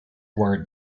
were